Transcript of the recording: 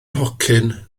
nhocyn